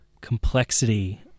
complexity